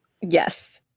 Yes